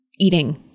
eating